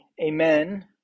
amen